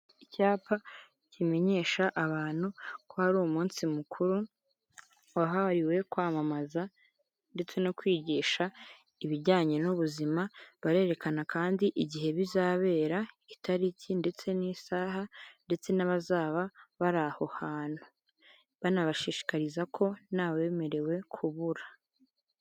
Icyapa kimenyesha abantu ko hari umunsi mukuru wahariwe kwamamaza ndetse no kwigisha ibijyanye n'ubuzima, barerekana kandi igihe bizabera, itariki, ndetse n'isaha, ndetse n'abazaba bari aho hantu. Banabashishikariza ko nta wemerewe kubura.